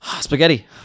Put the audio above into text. spaghetti